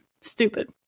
Stupid